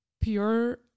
pure